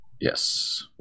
yes